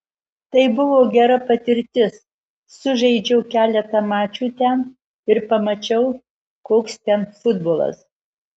tai buvo gera patirtis sužaidžiau keletą mačų ten ir pamačiau koks ten futbolas